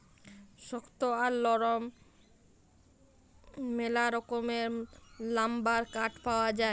শক্ত আর লরম ম্যালা রকমের লাম্বার কাঠ পাউয়া যায়